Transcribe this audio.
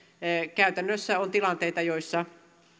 käytännössä on tilanteita joissa